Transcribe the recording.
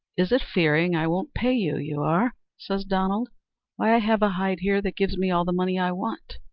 is it fearing i won't pay you, you are? says donald why i have a hide here that gives me all the money i want.